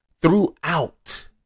throughout